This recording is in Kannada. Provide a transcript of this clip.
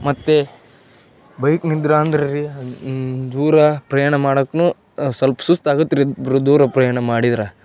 ಮತ್ತು ಬೈಕ್ನಿಂದ ಅಂದ್ರೆ ರಿ ದೂರ ಪ್ರಯಾಣ ಮಾಡಕ್ಕೂ ಸಲ್ಪ ಸುಸ್ತು ಆಗುತ್ತೆ ರಿ ಇಬ್ಬರು ದೂರ ಪ್ರಯಾಣ ಮಾಡಿದ್ರೆ